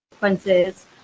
consequences